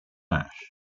ash